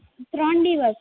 અં ત્રણ દિવસ